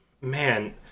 Man